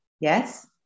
Yes